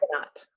up